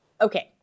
Okay